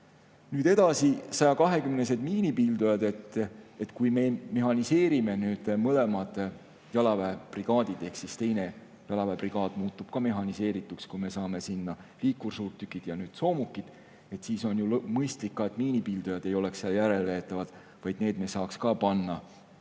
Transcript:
miinipildujad. Kui me mehhaniseerime mõlemad jalaväebrigaadid ehk teine jalaväebrigaad muutub ka mehhaniseerituks – kui me saame sinna liikursuurtükid ja soomukid –, siis on mõistlik, et miinipildujad ei oleks seal järelveetavad, vaid me saaks need panna